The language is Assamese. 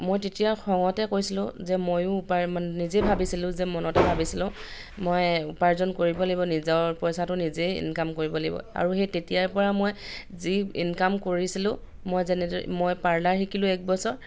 মই তেতিয়া খঙতে কৈছিলোঁ যে ময়ো উপাৰ নিজে ভাবিছিলোঁ যে মনতে ভাবিছিলোঁ মই উপাৰ্জন কৰিব লাগিব নিজৰ পইচাটো নিজেই ইনকাম কৰিব লাগিব আৰু সেই তেতিয়াৰ পৰা মই যি ইনকাম কৰিছিলোঁ মই যেনেদৰে মই পাৰ্লাৰ শিকিলোঁ একবছৰ